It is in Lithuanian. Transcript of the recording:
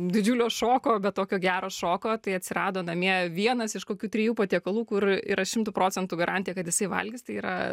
didžiulio šoko bet tokio gero šoko tai atsirado namie vienas iš kokių trijų patiekalų kur yra šimtu procentų garantija kad jisai valgys tai yra